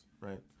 right